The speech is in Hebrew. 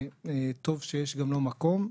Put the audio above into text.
וטוב שיש גם לו מקום.